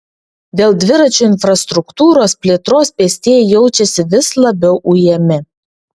dėl dviračių infrastruktūros plėtros pėstieji jaučiasi vis labiau ujami